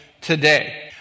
today